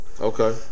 Okay